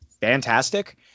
fantastic